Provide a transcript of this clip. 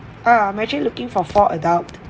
uh I'm actually looking for four adult